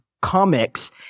comics